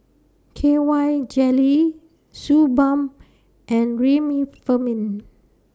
K Y Jelly Suu Balm and Remifemin